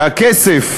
שהכסף